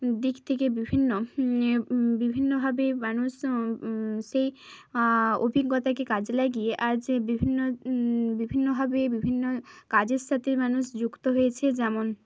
দিক থেকে বিভিন্ন বিভিন্নভাবে মানুষ সেই অভিজ্ঞতাকে কাজে লাগিয়ে আর যে বিভিন্ন বিভিন্নভাবে বিভিন্ন কাজের সাথে মানুষ যুক্ত হয়েছে যেমন